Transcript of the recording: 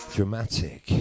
Dramatic